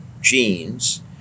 genes